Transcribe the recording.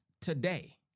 Today